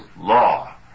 law